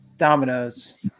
Dominoes